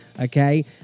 okay